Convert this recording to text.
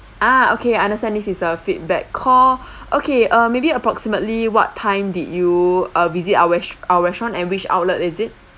ah okay understand this is a feedback call okay err maybe approximately what time did you err visit our re~ our restaurant and which outlet is it